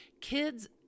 Kids